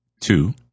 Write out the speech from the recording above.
two